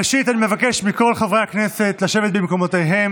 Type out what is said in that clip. ראשית, אני מבקש מכל חברי הכנסת לשבת במקומותיהם.